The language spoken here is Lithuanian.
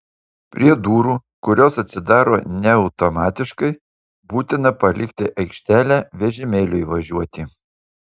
prie durų kurios atsidaro ne automatiškai būtina palikti aikštelę vežimėliui važiuoti